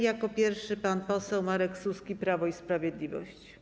Jako pierwszy pan poseł Marek Suski, Prawo i Sprawiedliwość.